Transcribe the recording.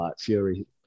Fury